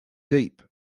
deep